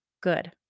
good